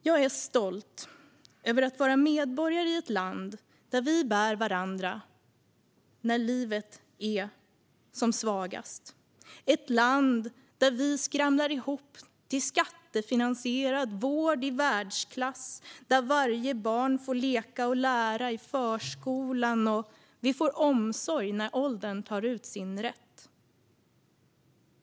Jag är stolt över att vara medborgare i ett land där vi bär varandra när livet är som svagast, där vi skramlar ihop till skattefinansierad vård i världsklass, där varje barn får leka och lära i förskolan och där vi får omsorg när åldern tar ut sin rätt.